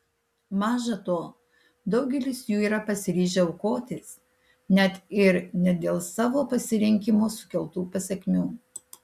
maža to daugelis jų yra pasiryžę aukotis net ir ne dėl savo pasirinkimo sukeltų pasekmių